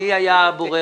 מי היה הבורר?